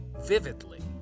vividly